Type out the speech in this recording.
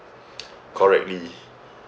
correctly